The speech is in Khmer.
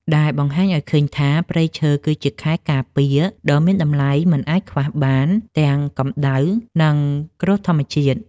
ដែលបង្ហាញឱ្យឃើញថា ព្រៃឈើគឺជាខែលការពារដ៏មានតម្លៃមិនអាចខ្វះបានទាំងកម្ដៅ និងគ្រោះធម្មជាតិ។